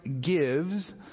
gives